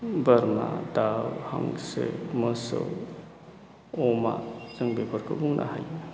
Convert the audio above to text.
बोरमा दाउ हांसो मोसौ अमा जों बेफोरखौ बुंनो हायो